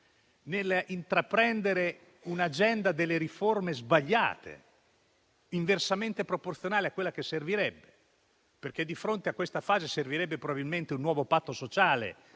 nell'intraprendere un'agenda delle riforme sbagliate, inversamente proporzionale a quella che servirebbe. In questa fase servirebbe forse un nuovo patto sociale